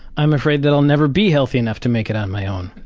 i'm afraid that i'll never be healthy enough to make it on my own.